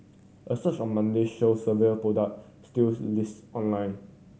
a search on Monday showed several product stills listed online